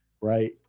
Right